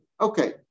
okay